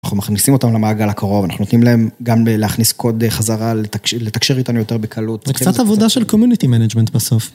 אנחנו מכניסים אותם למעגל הקרוב, אנחנו נותנים להם גם להכניס קוד חזרה לתקשר איתנו יותר בקלות. זה קצת עבודה של קומיוניטי מנג'מנט בסוף.